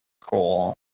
Cool